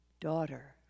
Daughter